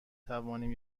توانیم